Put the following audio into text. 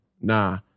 Nah